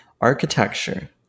Architecture